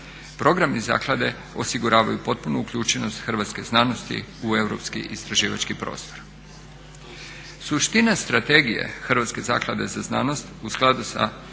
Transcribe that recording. Programi zaklade osiguravaju potpunu uključenost hrvatske znanosti u europski istraživački prostor. Suština strategije Hrvatske zaklade za znanost u skladu sa